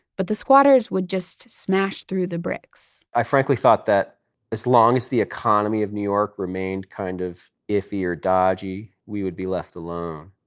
but the squatters would just smash through the bricks i frankly thought that as long as the economy of new york remained kind of iffy or dodgy, we would be left alone.